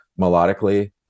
melodically